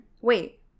wait